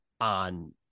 on